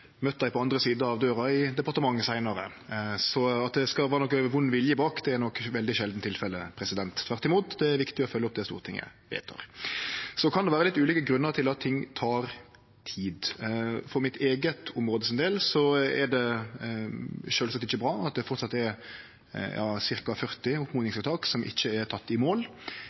dei i førre stortingsperiode og møtt dei på den andre sida av døra, i departementet, seinare. Så at det skal vere nokon vond vilje bak, er nok veldig sjeldan tilfellet. Tvert imot – det er viktig å følgje opp det Stortinget vedtek. Det kan vere litt ulike grunnar til at ting tek tid. For mitt eige område sin del er det sjølvsagt ikkje bra at det framleis er ca. 40 oppmodingsvedtak som ikkje er tekne i mål.